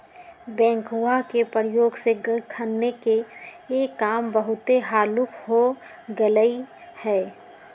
backhoe के प्रयोग से खन्ने के काम बहुते हल्लुक हो गेलइ ह